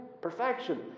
perfection